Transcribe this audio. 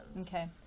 Okay